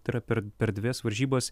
tai yra per per dvejas varžybas